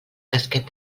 casquet